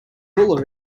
hula